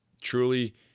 Truly